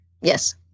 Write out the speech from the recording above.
Yes